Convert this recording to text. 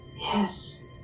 yes